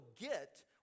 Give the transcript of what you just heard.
get